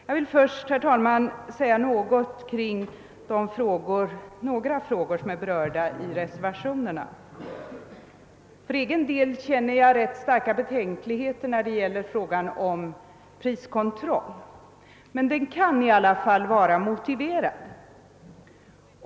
Jag vill först, herr talman, säga något om de frågor som berörs i reservationerna. För egen del känner jag ganska starka betänkligheter beträffande frågan om priskontroll, men denna kan dock vara motiverad.